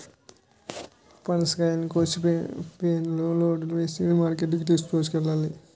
పనసకాయలను కోసి వేనులో లోడు సేసి మార్కెట్ కి తోలుకెల్లాల